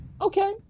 Okay